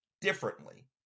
differently